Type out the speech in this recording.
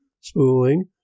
spooling